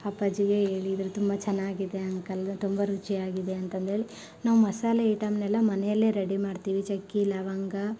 ಅಪ್ಪಾಜಿಗೆ ಹೇಳಿದ್ರು ತುಂಬ ಚೆನ್ನಾಗಿದೆ ಅಂಕಲ್ ತುಂಬ ರುಚಿಯಾಗಿದೆ ಅಂತಂದೇಳಿ ನಾವು ಮಸಾಲೆ ಐಟಮ್ನೆಲ್ಲ ಮನೆಯಲ್ಲೆ ರೆಡಿ ಮಾಡ್ತೀವಿ ಚಕ್ಕಿ ಲವಂಗ